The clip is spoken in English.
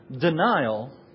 denial